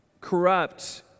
corrupt